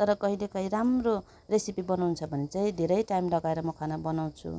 तर कहिलेकाहीँ राम्रो रेसिपी बनाउनु छ भने चाहिँ धेरै टाइम लगाएर म खाना बनाउँछु